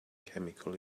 chemical